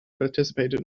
participated